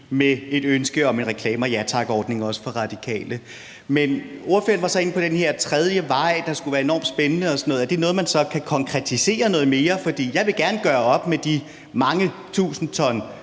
med et ønske om en Reklamer Ja Tak-ordning, også fra Radikales side. Men ordføreren var så inde på den her tredje vej, der skulle være enormt spændende og sådan noget – er det noget, man så kan konkretisere lidt mere? For jeg vil gerne gøre op med de mange tusinde ton